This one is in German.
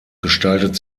gestaltet